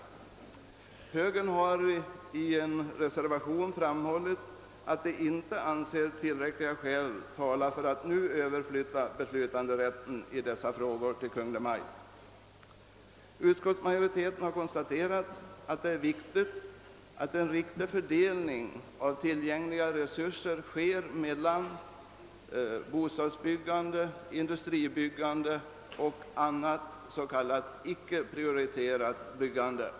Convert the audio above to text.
Högerledamöterna har i en reservation framhållit att tillräckliga skäl inte talar för att nu överflytta beslutanderätten i dessa frågor till Kungl. Maj:t. Utskottsmajoriteten har däremot funnit det angeläget att en riktig fördelning av tillgängliga resurser sker mellan å ena sidan bostadsbyggande och industribyggande och å andra sidan s.k. icke prioriterat byggande.